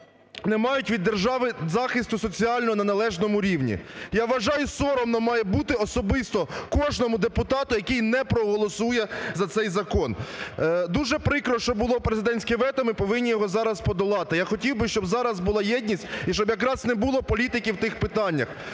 не мають від держави захисту соціального на належному рівні. Я вважаю, соромно має бути особисто кожному депутату, який не проголосує за цей закон. Дуже прикро, що було президентське вето, ми повинні його зараз подолати. Я хотів би, щоб зараз була єдність і щоб якраз не було політики в тих питаннях.